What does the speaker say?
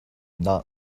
not